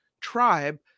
tribe